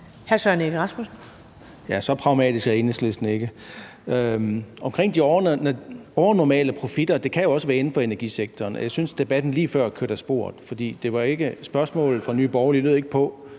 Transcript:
Søren Egge Rasmussen (EL): Ja, så pragmatisk er Enhedslisten ikke. Omkring de overnormale profitter kan det jo også være inden for energisektoren, og jeg synes, debatten lige før kørte af sporet. For spørgsmålet fra Nye Borgerlige lød ikke på